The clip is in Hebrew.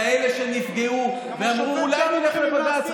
כאלה שנפגעו ואמרו: אולי נלך לבג"ץ.